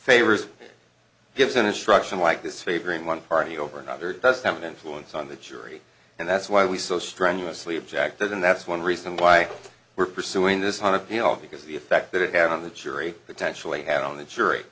favors gives an instruction like this favoring one party over another does have an influence on the jury and that's why we so strenuously objected and that's one reason why we're pursuing this on appeal because of the effect that it had on the jury potentially had on the jury